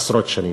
עשרות שנים.